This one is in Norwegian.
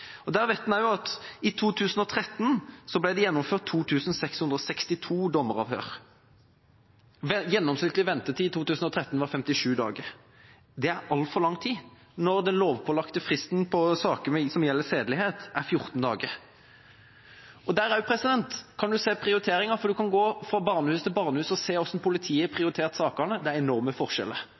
at det i 2013 ble gjennomført 2 662 dommeravhør. Gjennomsnittlig ventetid i 2013 var 57 dager. Det er altfor lang tid når den lovpålagte fristen på saker som gjelder sedelighet, er 14 dager. Og der kan man også se prioriteringer, for man kan gå fra barnehus til barnehus for å se hvordan politiet har prioritert sakene – det er enorme forskjeller.